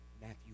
Matthew